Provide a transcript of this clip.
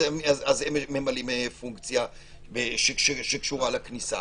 אז הם ממלאים פונקציה שקשורה לכניסה.